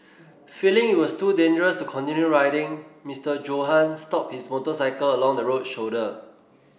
feeling it was too dangerous to continue riding Mister Johann stopped his motorcycle along the road shoulder